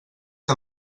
que